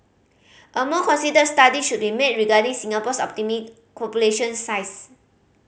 a more considered study should be made regarding Singapore's population size